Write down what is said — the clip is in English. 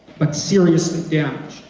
but seriously damaged,